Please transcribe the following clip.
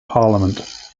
parliament